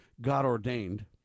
God-ordained